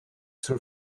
zur